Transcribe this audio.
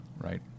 Right